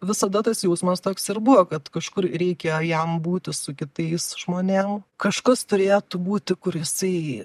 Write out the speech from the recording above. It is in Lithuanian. visada tas jausmas toks ir buvo kad kažkur reikia jam būti su kitais žmonėm kažkas turėtų būti kur jisai